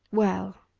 well!